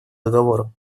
договору